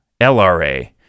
LRA